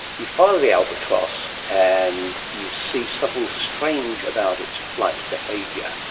you follow the albatross and you see something strange about its flight behaviour.